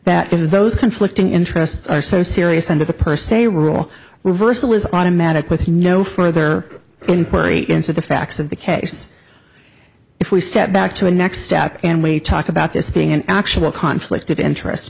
that of those conflicting interests are so serious under the per se rule reversal is automatic with no further inquiry into the facts of the case if we step back to a next step and we talk about this being an actual conflict of interest